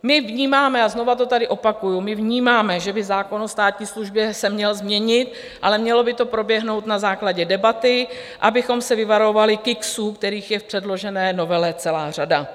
My vnímáme, a znova to tady opakuji, my vnímáme, že by zákon o státní službě se měl změnit, ale mělo by to proběhnout na základě debaty, abychom se vyvarovali kiksů, kterých je v předložené novele celá řada.